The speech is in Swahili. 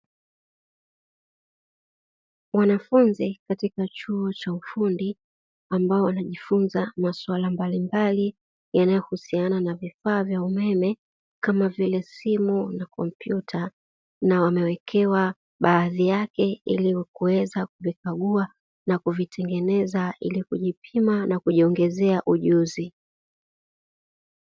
Wanafunzi katika chuo cha ufundi ambao wanajifunza maswala mbalimbali yanayohusiana na vifaa vya umeme kama vile simu na kompyuta, na wamewekewa baadhi yake ili kuweza kuvikagua na kuvitengeneza ili kujipima na kujiongezea ujuzi.